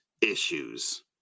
issues